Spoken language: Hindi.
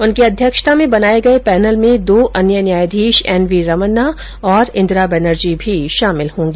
उनकी अध्यक्षता में बनाये गये पैनल में दो अन्य न्यायाधीश एन वी रमन्ना और इंदिरा बेनर्जी भी शामिल होगी